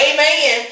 Amen